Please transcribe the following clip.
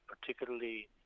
particularly